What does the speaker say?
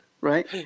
Right